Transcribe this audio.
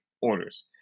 orders